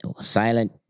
silent